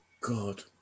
God